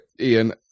Ian